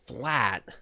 flat